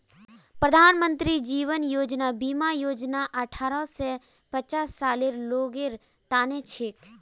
प्रधानमंत्री जीवन ज्योति बीमा योजना अठ्ठारह स पचास सालेर लोगेर तने छिके